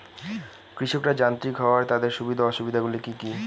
কৃষকরা যান্ত্রিক হওয়ার তাদের সুবিধা ও অসুবিধা গুলি কি কি?